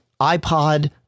iPod